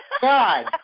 God